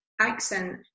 accent